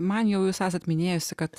man jau jūs esat minėjusi kad